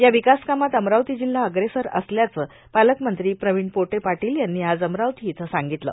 या र्वकासकामांत अमरावती जिल्हा अग्रेसर असल्याचे पालकमंत्री प्रवीण पोटे पाटोल यांनी आज अमरावती इथं सांगगतलं